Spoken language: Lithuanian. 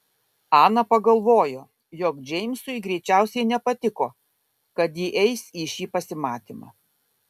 ana pagalvojo jog džeimsui greičiausiai nepatiko kad ji eis į šį pasimatymą